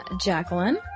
jacqueline